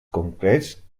concrets